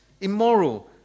immoral